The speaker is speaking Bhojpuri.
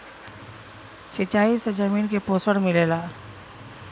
सिंचाई से जमीन के पोषण मिलेला